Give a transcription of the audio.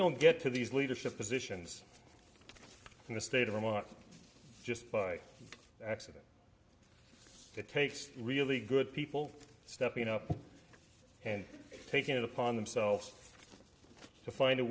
don't get to these leadership positions in the state of iowa just by accident so it tastes really good people stepping up and taking it upon themselves to find a